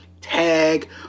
tag